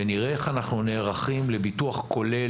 ונראה איך אנחנו נערכים לביטוח כולל,